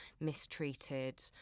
mistreated